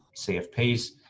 CFPs